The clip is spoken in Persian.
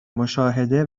مشاهده